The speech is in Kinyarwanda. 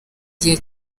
gihe